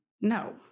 No